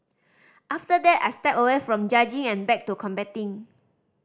after that I stepped away from judging and back to competing